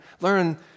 Learn